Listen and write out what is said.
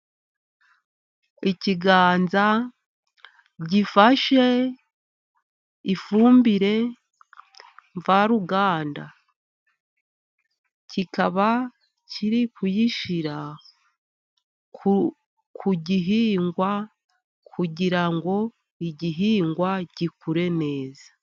Ikiganza gifashe ifumbire mvaruganda kikaba kiri kuyishyira ku gihingwa, kugira ngo igihingwa gikure neza.